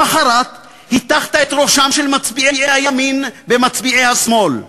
למחרת הטחת את ראשם של מצביעי הימין במצביעי השמאל,